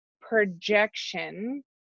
projection